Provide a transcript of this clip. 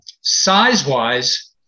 Size-wise